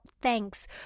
thanks